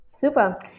Super